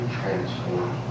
transform